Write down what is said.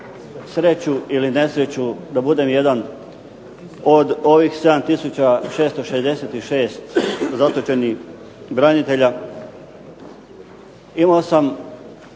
sreću ili nesreću da budem jedan od ovih 7 tisuća 666 zatočenih branitelja. Imao sam